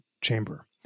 chamber